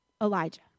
Elijah